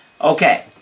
Okay